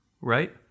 right